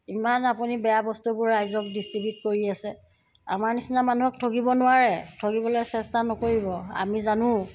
ইমান আপুনি বেয়া বস্তুবোৰ ৰাইজক ডিষ্ট্ৰিবিউট কৰি আছে আমাৰ নিচিনা মানুহক ঠগিব নোৱাৰে ঠগিবলৈ চেষ্টা নকৰিব আমি জানোঁ